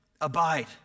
Abide